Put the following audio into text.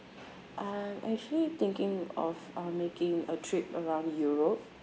I'm actually thinking of um making a trip around europe